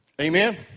Amen